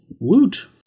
Woot